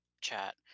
chat